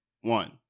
one